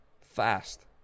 fast